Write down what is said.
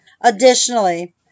Additionally